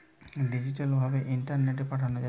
digital ভাবে ইন্টারনেটে পাঠানা যাচ্ছে